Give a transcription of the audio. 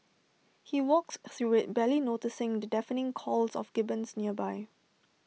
he walks through IT barely noticing the deafening calls of gibbons nearby